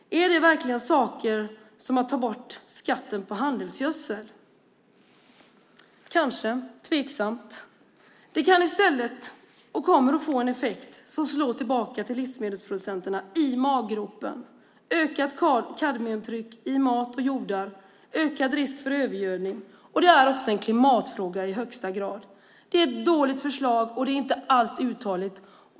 Är det verkligen saker som att ta bort skatten på handelsgödsel? Det är tveksamt. Det kommer i stället att få en effekt som slår tillbaka på livsmedelsproducenterna - i maggropen. Det blir ökat kadmiumtryck i mat och jordar och ökad risk för övergödning. Det är också i högsta grad en klimatfråga. Det är ett dåligt förslag, och det är inte alls uthålligt.